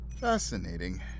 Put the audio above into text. Fascinating